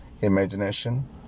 imagination